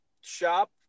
shop